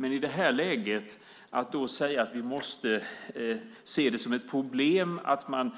Det blir för mig ganska bakvänt att i det här läget säga att vi måste se det som ett problem när